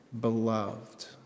beloved